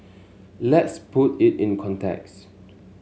let's put it in context